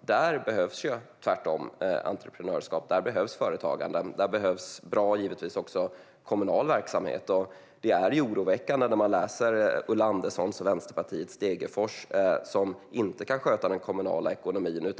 Där behövs tvärtemot entreprenörskap och företagande. Där behövs givetvis också bra kommunal verksamhet. Det är oroväckande när man hör Ulla Andersson och läser om Vänsterpartiet i Degerfors, som inte kan sköta den kommunala ekonomin.